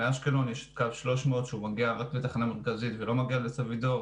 מאשקלון יש את קו 300 שמגיע רק לתחנה מרכזית ולא מגיע לסבידור